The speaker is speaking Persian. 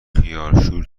خیارشور